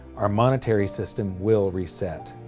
our monetary system will reset.